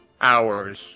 hours